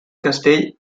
castell